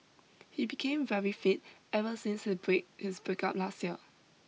he became very fit ever since his break his breakup last year